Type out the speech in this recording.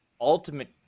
ultimate